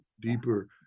deeper